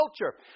culture